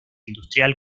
industrial